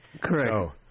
Correct